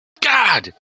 god